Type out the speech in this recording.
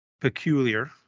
peculiar